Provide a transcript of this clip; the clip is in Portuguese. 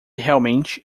realmente